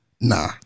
nah